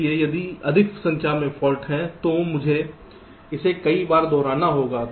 इसलिए यदि अधिक संख्या में फाल्ट हैं तो मुझे इसे कई बार दोहराना होगा